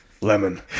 Lemon